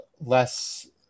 less